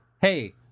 hey